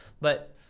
But-